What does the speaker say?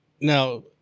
now